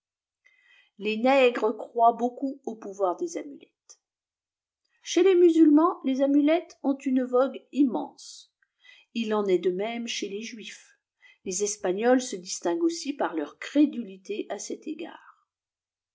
les nègres croient beaucoup au pouvoir des amulettes chez les musulmans les amulettes ont une vogue immense il en est de même chez les juifs les espagnols se distinguent aussi par leur crédulité à cet égard